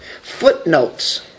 footnotes